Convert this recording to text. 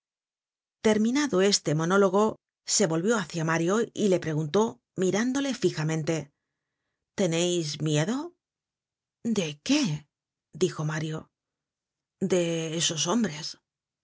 terminado este monólogo se volvió hácia mario y le preguntó mirándole fijamente teneis miedo de qué dijo mario de esos hombres